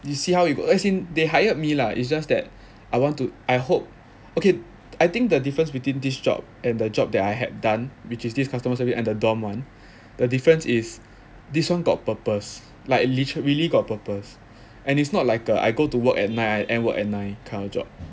we see how how it as in they hired me lah it's just that I want to I hope okay I think the difference between this job and the job that I had done which is this customer service and the dorm one the difference is this one got purpose literally got purpose and it's not like uh I go to work at nine end work at nine kind of job